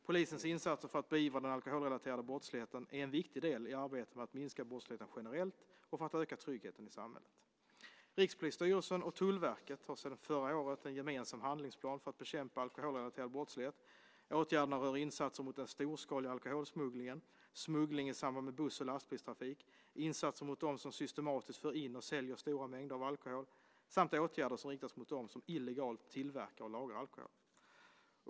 Polisens insatser för att beivra den alkoholrelaterade brottsligheten är en viktig del i arbetet med att minska brottsligheten generellt och för att öka tryggheten i samhället. Rikspolisstyrelsen och Tullverket har sedan förra året en gemensam handlingsplan för att bekämpa alkoholrelaterad brottslighet. Åtgärderna rör insatser mot den storskaliga alkoholsmugglingen, smuggling i samband med buss och lastbilstrafik, insatser mot dem som systematiskt för in och säljer stora mängder av alkohol samt åtgärder som riktas mot dem som illegalt tillverkar och lagrar alkohol.